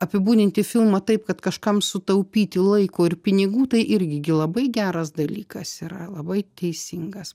apibūdinti filmą taip kad kažkam sutaupyti laiko ir pinigų tai irgi gi labai geras dalykas yra labai teisingas